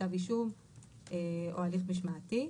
כתב אישום או הליך משמעתי.